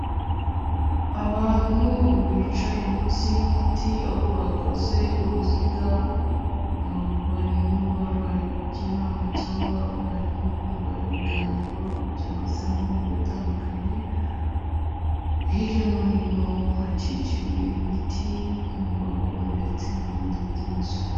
Abantu bicaye munsi y'igiti aho bakoze uruziga, barimo barajya inama cyangwa barimo kumva ibiganiro cyangwa se amahugurwa atandukanye, hirya no hino hakikijwe ibiti, inyubako ndetse n'ibindi byinshi.